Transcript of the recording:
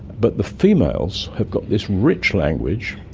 but the females have got this rich language,